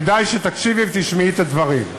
כדאי שתקשיבי ותשמעי את הדברים.